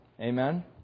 Amen